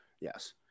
yes